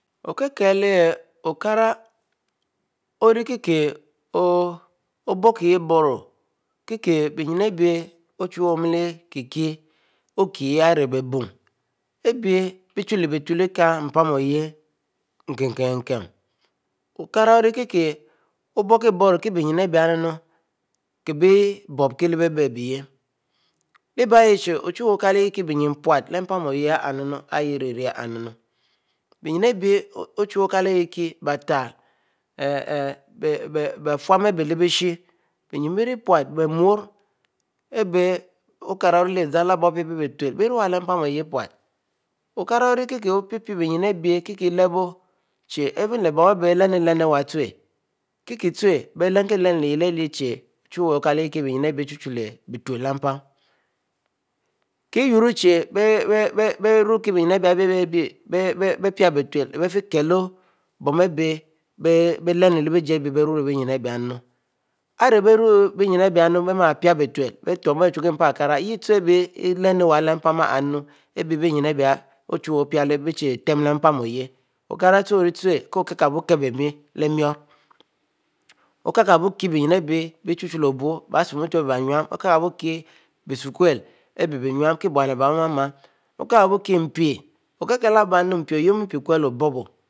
Okara orikieh. obokiehboro kikieh biepen abieh ochuwue omieh kikieh okiyah arieh wubung abieh bieaulebetule ikieh mpan oyieh nkinkin okara orikieh, kieh bi-yen kieh bokieh leh-bebieh abeyeh leh abieh yeh chi ochuwe okileyehkieh beyen pute leh mpan ahieh aiehreh nunu beyen abieh ochuwe okive yekki ari batale bie fume abieh lebeshe bie murro abieh okara orile zam-zam ope beyen abieh okara orilele zam zam ope-pe befule bieriour leh mpan okara orikieh okopepeh beyen abieh kilebo hie even leh bon abieh bele n-lelnu iue kieyuorro chie abieh-abieh rukie beyen abieh-abieh pia betule. biehfikilur bon abieh bielenu lejih abieh nyne, ari bieh rubey eh abieh ma bieh tumu bieh chie kie mpan akira yeh tue abieh lenu iwuie tue orikkile kibokie bene, kabkie beyen abieh-abieh lo-abur. beih asumutu abieh-abie nue bieh esukuel aieh nyuam kie by neabiebo beh ma-mar okiehkibokie mpi. mpi ouyeh omieh piah tule lo-obobo